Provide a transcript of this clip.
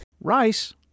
Rice